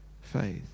faith